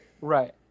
Right